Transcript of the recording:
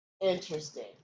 interesting